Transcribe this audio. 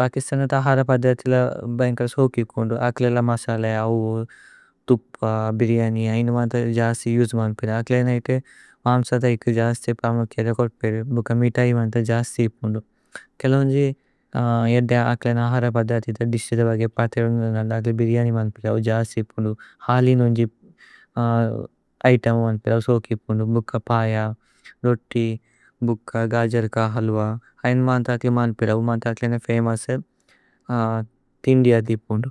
പകിസ്തനത് ആഹര പദ്ധതി ല തേന്ക ല സോകി। ഉപുന്ദു അക്ലല മസല അവു തുപ് ബിര്യനി ഐന। മാന്ത ജസ്തി യുജ് മാന്ത് പേരേ അക്ലല ഇതേ മാമ്സത ഇക് ജസ്തി പ്രമുഖിയ രേകോര്പ് പേരേ ഭുക്ക മീതയി। മാന്ത ജസ്തി ഉപുന്ദു കേലേ ഉന്ജി ഏദ്ദ ആക്ലേന। ആഹര പദ്ധതി തേന്ക ദിശ്തി ദ ബഗ പാതിയന്। അന്ദ ഭിര്യനി മാന്ത പേരേ അവു ജസ്തി ഉപുന്ദു। ഹലി ഉന്ജി ഇതേമ് മാന്ത പേരേ അവു। സോകി ഉപുന്ദു ഭുക്ക പയ, രോതി, ബുക്ക, ഗജര്ക। ഹല്വ ഐന മാന്ത പേരേ മാന്ത പേരേ അവു। മാന്ത പേരേ ഐന ഫമോഉസ് തിന്ദി യതി ഉപുന്ദു।